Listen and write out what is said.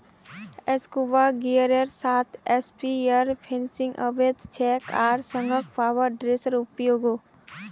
scuba गियरेर साथ spearfishing अवैध छेक आर संगह पावर हेड्सेर उपयोगो